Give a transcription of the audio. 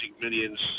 Millions